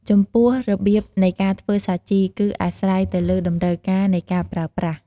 ចំពោះរបៀបនៃការធ្វើសាជី គឺអាស្រ័យទៅលើតម្រូវការនៃការប្រើប្រាស់។